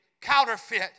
counterfeit